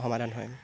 সমাধান হয়